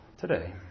today